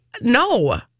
no